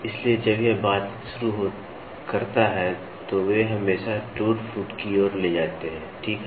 इसलिए जब यह बातचीत शुरू करता है तो वे हमेशा टूट फूट की ओर ले जाते हैं ठीक है